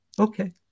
okay